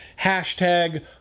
hashtag